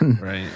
Right